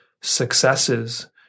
successes